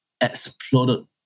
exploded